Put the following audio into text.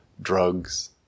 drugs